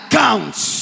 counts